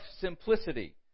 simplicity